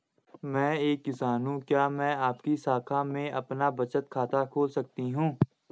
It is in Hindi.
मैं एक किसान हूँ क्या मैं आपकी शाखा में अपना बचत खाता खोल सकती हूँ?